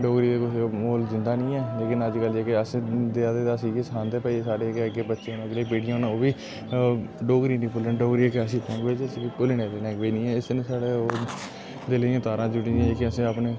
डोगरी ते कुसै मूल जींदा नि ऐ लेकिन अज्जकल जेह्के अस देआ दे ते अस इयो सनांदे ते भई साढ़े के बच्चे न जेह्ड़ी अगली पीड़ियां न ओह् बी डोगरी नि भुल्लन डोगरी इक ऐसी लैंगुएज ऐ जिसी भुल्लने कोई लैंगुएज नेईं ऐ जियां इस्सै ने साढ़ा ओह् दिल इयां तारां जुड़ी दियां अपने